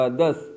thus